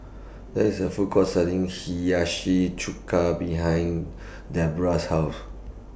There IS A Food Court Selling Hiyashi Chuka behind Deborah's House